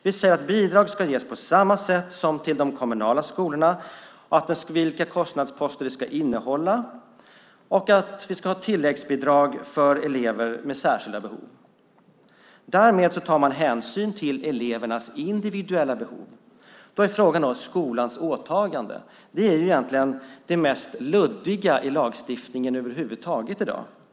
Vi säger att bidrag ska ges på samma sätt som till de kommunala skolorna, vilka kostnadsposter de ska innehålla och att vi ska ha tilläggsbidrag för elever med särskilda behov. Därmed tar man hänsyn till elevernas individuella behov. Då är det frågan om skolans åtagande. Det är egentligen det luddigaste i lagstiftningen i dag.